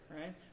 right